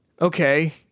okay